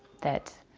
that